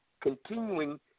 continuing